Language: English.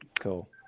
Cool